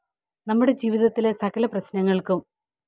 നമ്മുടെ ജീവിതത്തിലെ സകല പ്രശ്നങ്ങൾക്കും